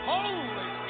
Holy